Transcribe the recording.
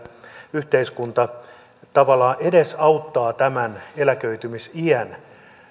yhteiskunta tavallaan edesauttaa tämän eläköitymis iän